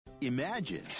Imagine